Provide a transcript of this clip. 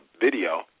video